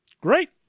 Great